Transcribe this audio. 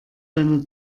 deiner